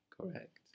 Correct